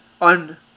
on